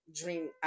dream